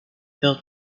filled